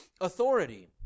authority